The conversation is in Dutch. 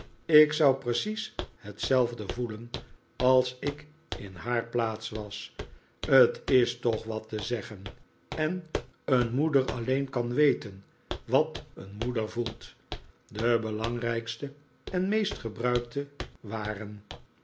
ik zou precies hetzelfde voelen als ik in haar plaats was t is toch wat te zeggen en een moeder alleen kan weten wat een moeder vqelt de belangrijkste en de meest gebruikte waren